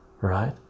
right